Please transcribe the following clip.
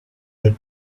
the